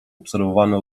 obserwowane